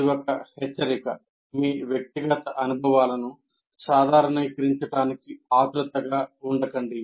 ఇది ఒక హెచ్చరిక మీ వ్యక్తిగత అనుభవాలను సాధారణీకరించడానికి ఆతురతగా ఉండకండి